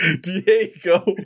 Diego